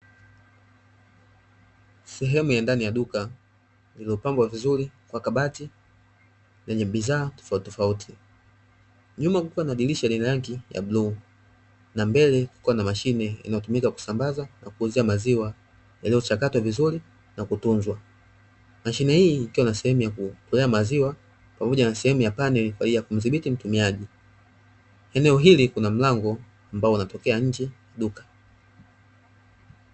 Sehemu ya ndani ya duka iliyopangwa vizuri kwa kabati yenye bidhaa tofauti tofauti. Nyuma kupo na dirisha lina rangi la bluu na mbele kupo na mashine inayotumika kusambaza na kuuzia maziwa yaliyochakatwa vizuri na kutunzwa. Mashine hii ikiwa ina sehemu ya utolea maziwa pamoja na sehemu ya paneli kwa ajili ya kumdhibiti mtumiaji. Eneo hili kuna mlango ambao unatokea nje ya duka.